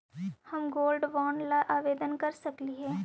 हम gold bond ला आवेदन कर सकली हे?